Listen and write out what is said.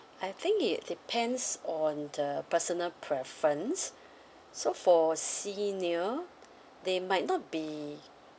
I think it depends on the personal preference so for senior they might not be